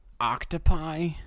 octopi